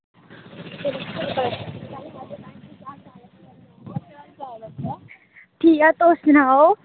ठीक ऐ तुस सनाओ